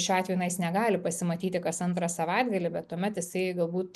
šiuo atveju na jis negali pasimatyti kas antrą savaitgalį bet tuomet jisai galbūt